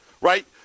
right